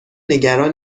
نگران